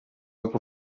web